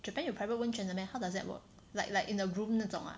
Japan 有 private 温泉的 meh how does that work like like in a room 那种 ah